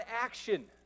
action